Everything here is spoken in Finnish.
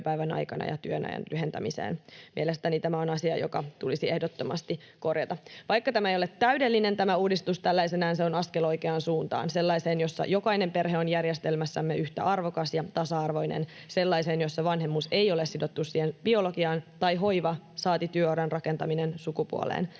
työajan lyhentämiseen. Mielestäni tämä on asia, joka tulisi ehdottomasti korjata. Vaikka tämä uudistus ei ole täydellinen tällaisenaan, se on askel oikeaan suuntaan, sellaiseen, jossa jokainen perhe on järjestelmässämme yhtä arvokas ja tasa-arvoinen, sellaiseen, jossa vanhemmuus ei ole sidottu biologiaan tai hoiva, saati työuran rakentaminen, sukupuoleen.